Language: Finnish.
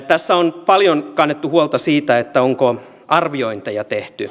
tässä on paljon kannettu huolta siitä onko arviointeja tehty